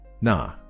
Nah